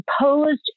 imposed